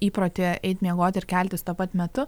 įprotį eit miegot ir keltis tuo pat metu